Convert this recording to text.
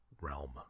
realm